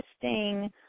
interesting